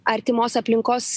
artimos aplinkos